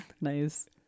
Nice